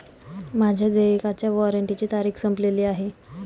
माझ्या देयकाच्या वॉरंटची तारीख संपलेली आहे